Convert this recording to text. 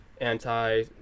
anti